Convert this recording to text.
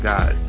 God